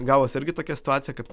gavos irgi tokia situacija kad